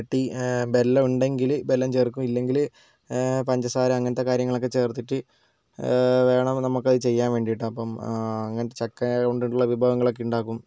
വരട്ടി വെല്ലം ഉണ്ടെങ്കിൽ വെല്ലം ചേർക്കും ഇല്ലെങ്കിൽ പഞ്ചസാര അങ്ങനത്തെ കാര്യങ്ങളൊക്കെ ചേർത്തിട്ട് വേണം നമുക്കത് ചെയ്യാൻ വേണ്ടിയിട്ട് അപ്പം അങ്ങനത്തെ ചക്ക കൊണ്ടുള്ള വിഭവങ്ങളൊക്കെ ഉണ്ടാക്കും